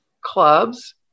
clubs